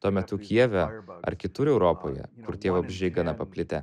tuo metu kijeve ar kitur europoje kur tie vabzdžiai gana paplitę